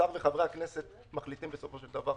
השר וחברי הכנסת הם אלו שמחליטים בסופו של דבר.